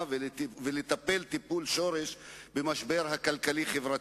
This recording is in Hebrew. ולטפל טיפול שורש במשבר הכלכלי-חברתי.